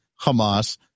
Hamas